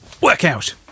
workout